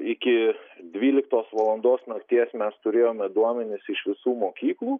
iki dvyliktos valandos nakties mes turėjome duomenis iš visų mokyklų